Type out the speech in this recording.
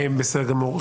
בסדר גמור.